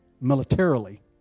militarily